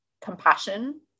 compassion